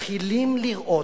מתחילים לראות.